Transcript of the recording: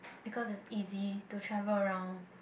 because is easy to travel around